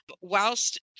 whilst